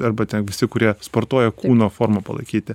arba ten visi kurie sportuoja kūno formą palaikyti